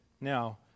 Now